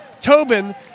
Tobin